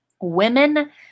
women